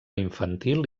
infantil